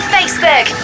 Facebook